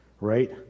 right